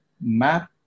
map